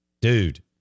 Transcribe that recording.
Dude